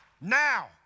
now